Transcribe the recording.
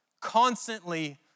constantly